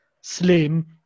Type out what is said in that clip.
slim